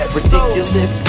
Ridiculous